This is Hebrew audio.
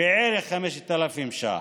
משהו כזה,